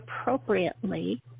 appropriately